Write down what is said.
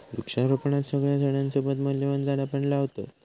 वृक्षारोपणात सगळ्या झाडांसोबत मूल्यवान झाडा पण लावतत